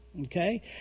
Okay